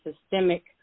systemic